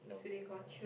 no